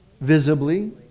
Visibly